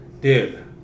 dude